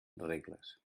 regles